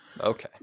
Okay